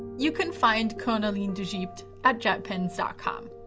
you can find cornaline d'egypte at jetpens ah com.